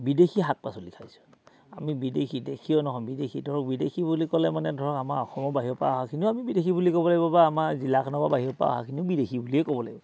বিদেশী শাক পাচলি খাইছোঁ আমি বিদেশী দেশীয় নহয় বিদেশী ধৰক বিদেশী বুলি ক'লে মানে ধৰক আমাৰ অসমৰ বাহিৰ পৰা অহাখিনিও আমি বিদেশী বুলি ক'ব লাগিব বা আমাৰ জিলাখনৰ পৰা বাহিৰৰ পৰা অহাখিনিও বিদেশী বুলিয়ে ক'ব লাগিব